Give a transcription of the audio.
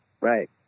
right